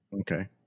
okay